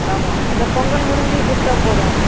ஆமாம் இந்த பொங்கல் முடிஞ்சி கொடுத்தாப் போதும்